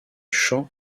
chant